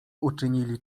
uczynili